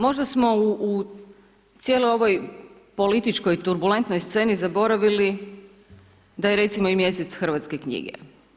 Možda smo u cijeloj ovoj političkoj turbulentnoj sceni zaboravili da je recimo i mjesec hrvatske knjige.